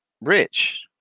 Rich